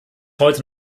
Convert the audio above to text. heute